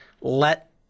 let –